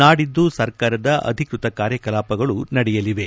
ನಾಡಿದ್ದು ಸರ್ಕಾರದ ಅಧಿಕೃತ ಕಾರ್ಯಕಲಾಪಗಳು ನಡೆಯಲಿವೆ